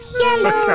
yellow